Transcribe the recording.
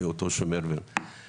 עם זה בקלות.